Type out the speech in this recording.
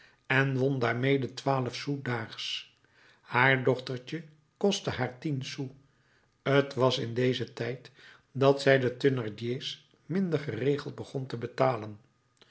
en won daarmede twaalf sous daags haar dochtertje kostte haar tien sous t was in dezen tijd dat zij de thénardier's minder geregeld begon te betalen